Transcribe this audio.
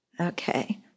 Okay